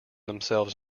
themselves